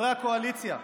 חברי הקואליציה.